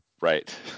right